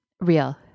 real